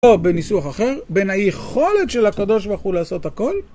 או בניסוח אחר, בין היכולת של הקב"ה לעשות הכול.